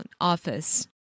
office